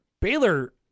baylor